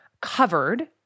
covered